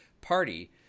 party